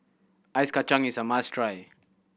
Ice Kachang is a must try